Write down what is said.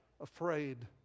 afraid